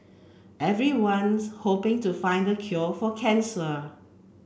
everyone's hoping to find the cure for cancer